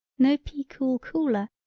no pea cool cooler,